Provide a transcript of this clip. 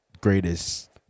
greatest